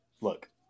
look